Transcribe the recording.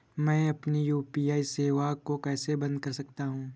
मैं अपनी यू.पी.आई सेवा को कैसे बंद कर सकता हूँ?